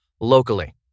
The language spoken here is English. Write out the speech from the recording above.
Locally